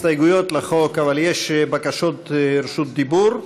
אין הסתייגויות לחוק אבל יש בקשות רשות דיבור.